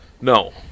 no